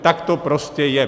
Tak to prostě je.